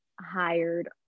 hired